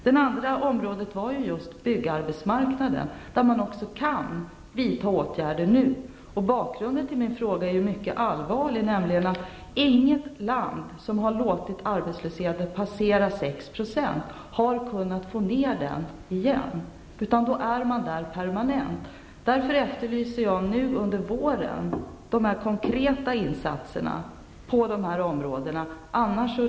Dels gäller det byggarbetsmarknaden, där man också kan vidta åtgärder nu. Bakgrunden till min fråga är mycket allvarlig, nämligen att man inte i något land där man har låtit arbetslösheten passera 6 % har kunnat få ned den igen, utan då befinner sig arbetslösheten på den nivån permanent. Därför efterlyser jag nu under våren dessa konkreta insatser på de områden jag har tagit upp.